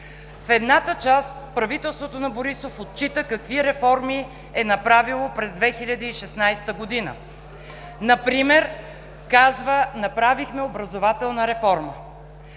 В едната част правителството на Борисов отчита какви реформи е направило през 2016 г. Например казва: „Направихме образователна реформа.“